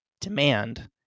demand